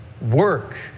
work